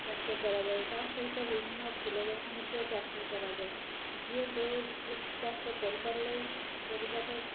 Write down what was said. ଚାଷ କରାଯାଏ ତାସହିତ ବିଭିନ୍ନ ଫୁଲ ଗଛ ମଧ୍ୟ ଚାଷ କରାଯାଏ ଯିଏ ଯେଉଁ ଚାଷ କରିପାରିଲେ କରିପାରେ